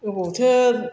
अबावथो